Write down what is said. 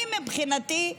מבחינתי,